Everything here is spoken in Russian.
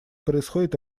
происходит